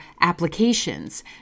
applications